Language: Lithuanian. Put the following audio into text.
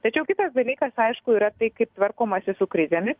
tačiau kitas dalykas aišku yra tai kaip tvarkomasi su krizėmis